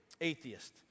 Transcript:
atheist